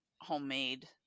homemade